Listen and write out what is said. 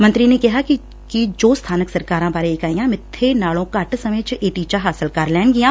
ਮੰਤਰੀ ਨੇ ਕਿਹਾ ਕਿ ਜੋ ਸਬਾਨਕ ਸਰਕਾਰਾਂ ਬਾਰੇ ਇਕਾਈਆਂ ਮਿੱਬੇ ਨਾਲੋਂ ਘੱਟ ਸਮੇਂ ਵਿਚ ਇਹ ਟੀਚਾ ਹਾਸਲ ਕਰ ਲੈਣਗੀਆਂ